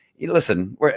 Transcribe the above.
listen